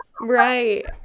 Right